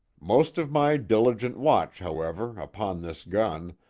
most of my diligent watch, however, upon this gun,